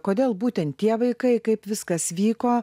kodėl būtent tie vaikai kaip viskas vyko